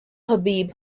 habib